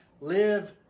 live